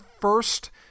first